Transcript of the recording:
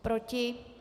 Proti?